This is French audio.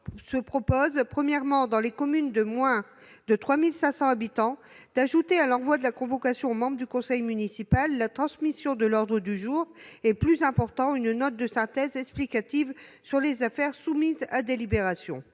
objet. En premier lieu, pour les communes de moins de 3 500 habitants, il tend à ajouter à l'envoi de la convocation aux membres du conseil municipal la transmission de l'ordre du jour et, plus important, d'une note de synthèse explicative sur les affaires soumises à délibération.